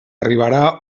arribarà